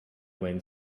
wind